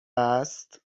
است